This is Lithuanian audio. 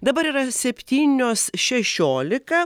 dabar yra septynios šešiolika